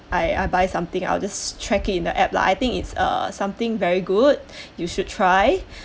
I I buy something I'll just check it in the app lah I think it's a something very good you should try